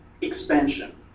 expansion